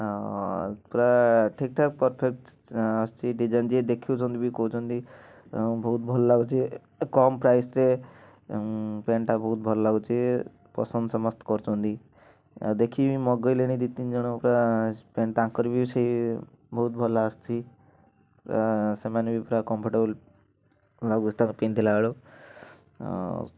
ଆଉ ପୁରା ଠିକ୍ ଠାକ୍ ପରଫେକ୍ଟ ଆସୁଛି ଡିଜାଇନ୍ ଯିଏ ଦେଖିବ କହୁଛନ୍ତି ବହୁତ ଭଲ ଲାଗୁଛି କମ ପ୍ରାଇସ୍ରେ ପ୍ୟାଣ୍ଟଟା ବହୁତ ଭଲ ଲାଗୁଛି ପସନ୍ଦ ସମସ୍ତ କରୁଛନ୍ତି ଆଉ ଦେଖିବି ମଗାଇଲେଣି ଦୁଇ ତିନିଜଣ ପୁରା ତାଙ୍କର ବି ସେ ବହୁତ ଭଲ ଆସୁଛି ପୁରା ସେମାନେ ବି କମ୍ଫଟେବଲ୍ ଲାଗୁଛି ତାଙ୍କୁ ପିନ୍ଧିଲା ବେଳୁ ଆଉ